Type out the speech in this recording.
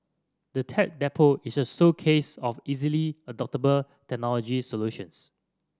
the Tech Depot is a showcase of easily adoptable technology solutions